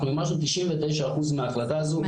אנחנו מימשנו 99% מההחלטה הזו,